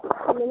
hello